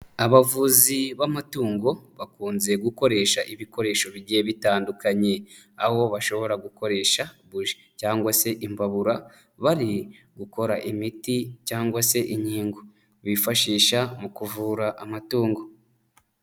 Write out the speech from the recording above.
Abavuzi b'amatungo bakunze gukoresha ibikoresho bigiye bitandukanye, aho bashobora gukoresha buji cyangwa se imbabura bari gukora imiti cyangwa se inkingo bifashisha mu kuvura amatungo.